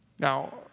Now